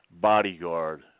bodyguard